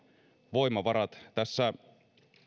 voimavarat tässä